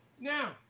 Now